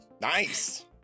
nice